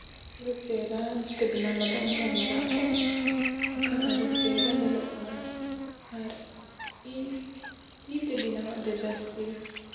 ᱟᱨ ᱪᱮᱦᱨᱟ ᱛᱮ ᱵᱮᱱᱟᱣ ᱞᱤᱫᱟᱹᱧ ᱢᱟᱨᱟᱜ ᱠᱚ ᱮᱱᱠᱷᱟᱱ ᱟᱹᱰᱤ ᱪᱮᱦᱨᱟ ᱧᱮᱞᱚᱜ ᱠᱟᱱᱟ ᱟᱨ ᱤᱧ ᱛᱤ ᱛᱮ ᱵᱮᱱᱟᱣᱟᱜ ᱫᱚ ᱡᱟᱹᱥᱛᱤ